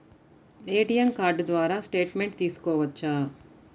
ATM card ద్వారా statement తీయవచ్చా?